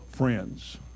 Friends